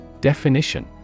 Definition